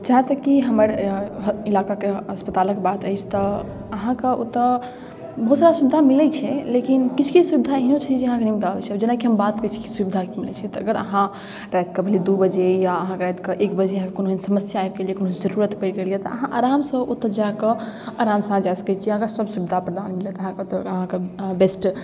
जहाँ तक कि हमर इलाकाके अस्पतालके बात अछि तऽ अहाँके ओतऽ बहुत सारा सुविधा मिलै छै लेकिन किछु किछु सुविधा एहनो छै जे अहाँके नहि मिलि पाबै छै जेनाकि हम बात करै छी कि सुविधा की मिलै छै तऽ अगर अहाँ रातिके भनहि दुइ बजे या अहाँके रातिके एक बजे अहाँके कोनो एहन समस्या आबि गेल या कोनो जरूरत पड़ि गेल अइ तऽ आरामसँ ओतऽ जाकऽ आरामसँ अहाँ जा सकै छी अहाँके सब सुविधा प्रदान मिलत अहाँके ओतऽ अहाँके बेस्ट